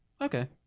Okay